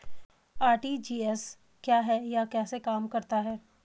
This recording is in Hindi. आर.टी.जी.एस क्या है यह कैसे काम करता है?